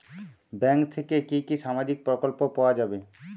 Bank থেকে কি কি সামাজিক প্রকল্প পাওয়া যাবে?